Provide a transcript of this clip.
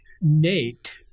Nate